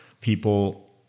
people